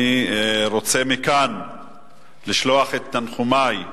אני רוצה מכאן לשלוח את תנחומי,